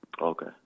Okay